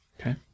Okay